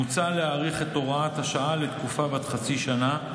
מוצע להאריך את הוראת השעה לתקופה בת חצי שנה,